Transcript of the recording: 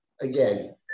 again